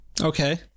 okay